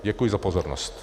Děkuji za pozornost.